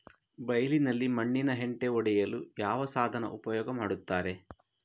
ಬೈಲಿನಲ್ಲಿ ಮಣ್ಣಿನ ಹೆಂಟೆ ಒಡೆಯಲು ಯಾವ ಸಾಧನ ಉಪಯೋಗ ಮಾಡುತ್ತಾರೆ?